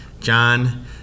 John